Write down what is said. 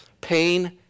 pain